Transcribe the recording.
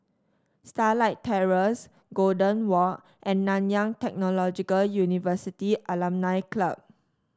Starlight Terrace Golden Walk and Nanyang Technological University Alumni Club